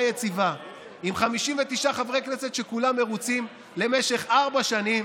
יציבה עם 59 חברי כנסת שכולם מרוצים למשך ארבע שנים.